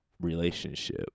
relationship